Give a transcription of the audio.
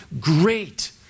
great